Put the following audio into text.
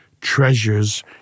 treasures